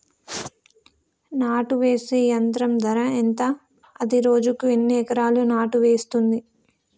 నాటు వేసే యంత్రం ధర ఎంత? అది రోజుకు ఎన్ని ఎకరాలు నాటు వేస్తుంది?